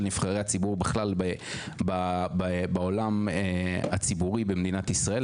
נבחרי הציבור בכלל בעולם הציבורי במדינת ישראל,